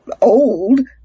old